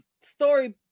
story